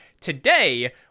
Today